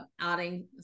adding